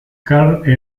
karl